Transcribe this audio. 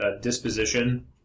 disposition